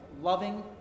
loving